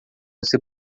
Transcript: você